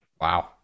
Wow